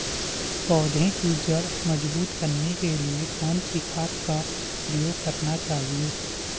पौधें की जड़ मजबूत करने के लिए कौन सी खाद का प्रयोग करना चाहिए?